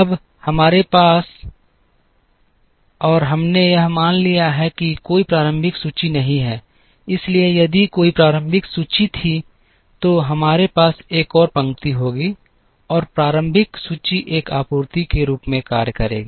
अब हमने यहाँ मान लिया है कि कोई प्रारंभिक सूची नहीं है इसलिए यदि कोई प्रारंभिक सूची थी तो हमारे पास एक और पंक्ति होगी और प्रारंभिक सूची एक आपूर्ति के रूप में कार्य करेगी